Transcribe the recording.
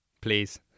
Please